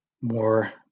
more